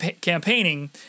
campaigning